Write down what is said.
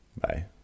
Bye